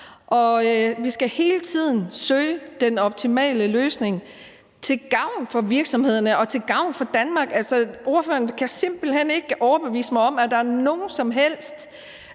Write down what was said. vi skal hele tiden søge den optimale løsning til gavn for virksomhederne og til gavn for Danmark. Altså, ordføreren kan simpelt hen ikke overbevise mig om, at der er nogen som helst